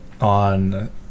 on